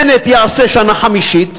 בנט יעשה שנה חמישית,